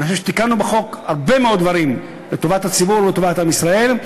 ואני חושב שתיקנו בחוק הרבה מאוד דברים לטובת הציבור ולטובת עם ישראל.